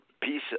peace